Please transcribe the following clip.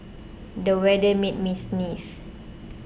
the weather made me sneeze